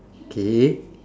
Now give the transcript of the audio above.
okay